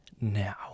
now